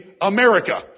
America